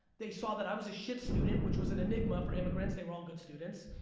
they saw that i was shit student, which was an enigma for immigrants. they were all good students.